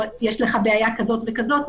או יש לך בעיה כזאת וכזאת,